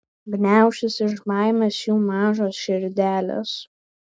gniaušis iš baimės jų mažos širdelės